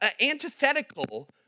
antithetical